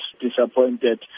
disappointed